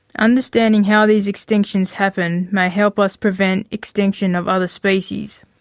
understanding how these extinctions happen may help us prevent extinction of other species.